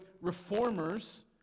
reformers